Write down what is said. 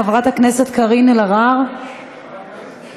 חברת הכנסת קארין אלהרר, בבקשה.